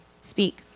speak